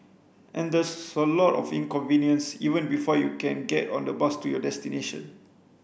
and there's a lot of inconvenience even before you can get on the bus to your destination